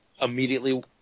immediately